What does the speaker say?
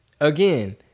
again